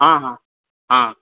हँ हँ हँ